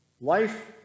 Life